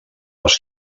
els